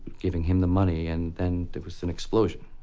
giving him the money, and then there was an explosion.